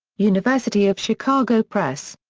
university of chicago press.